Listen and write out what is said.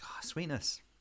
sweetness